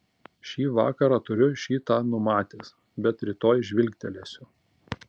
šį vakarą turiu šį tą numatęs bet rytoj žvilgtelėsiu